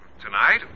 Tonight